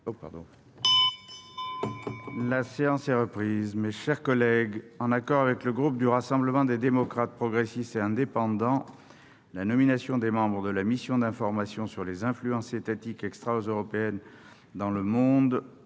La séance est reprise. Mes chers collègues, en accord avec le groupe Rassemblement des démocrates progressistes et indépendants, la nomination des membres de la mission d'information sur les influences étatiques extra-européennes dans le monde